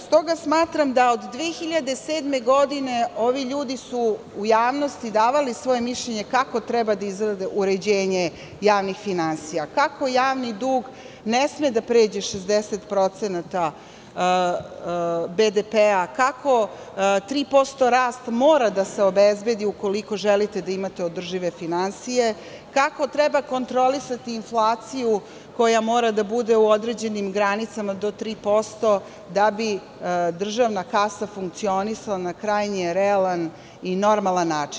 Stoga, smatram da od 2007. godine su ovi ljudi u javnosti davali svoje mišljenje kako treba da izgleda uređenje javnih finansija, kako javni dug ne sme da pređe 60% BDP, kako 3% rasta mora da se obezbedi ukoliko želite da imate održive finansije, kako treba kontrolisati inflaciju koja mora da bude u određenim granicama do 3% da bi državna kasa funkcionisala na krajnje realan i normalan način.